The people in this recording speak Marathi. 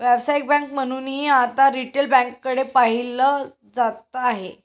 व्यावसायिक बँक म्हणूनही आता रिटेल बँकेकडे पाहिलं जात आहे